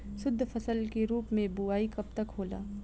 शुद्धफसल के रूप में बुआई कब तक होला?